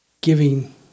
giving